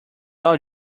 all